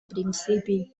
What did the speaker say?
principi